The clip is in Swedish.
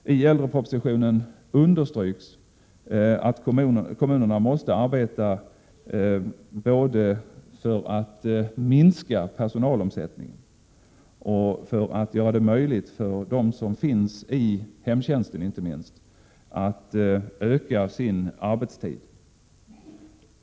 I äldrepropositionen understryks att kommunerna måste arbeta både för att minska personalomsättningen och för att göra det möjligt för dem som arbetar, inte minst inom hemtjänsten, att utöka sin arbetstid.